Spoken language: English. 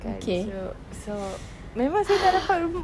okay